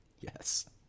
yes